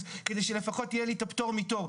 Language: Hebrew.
כדי שלפחות יהיה לי את הפטור מתור,